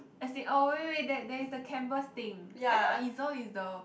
as in oh wait wait that that is the canvas thing I thought easel is the